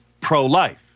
pro-life